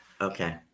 okay